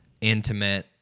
intimate